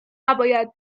نباید